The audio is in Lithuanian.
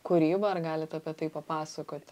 kūrybą ar galit apie tai papasakoti